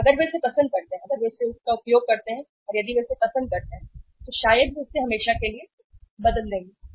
और अगर वे इसे पसंद करते हैं अगर वे इसका उपयोग करते हैं और यदि वे इसे पसंद करते हैं तो शायद वे इसे हमेशा के लिए बदल देंगे